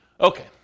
Okay